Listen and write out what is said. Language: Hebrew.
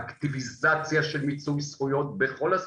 אקטיבציה של מיצוי זכויות בכל הספקטרום,